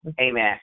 amen